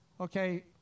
Okay